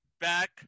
Back